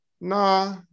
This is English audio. nah